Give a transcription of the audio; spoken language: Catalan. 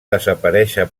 desaparèixer